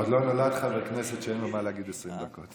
עוד לא נולד חבר כנסת שאין לו מה להגיד 20 דקות.